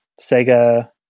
Sega